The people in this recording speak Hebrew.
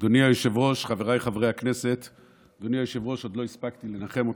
היושב-ראש, עוד לא הספקתי לנחם אותך.